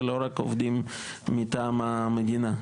ולא רק עובדים מטעם המדינה,